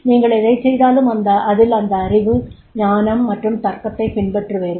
நீங்கள் எதைச் செய்தாலும் அதில் அந்த அறிவு ஞானம் மற்றும் தர்க்கத்தைப் பின்பற்றுவீர்கள்